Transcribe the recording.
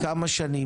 כמה שנים?